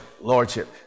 lordship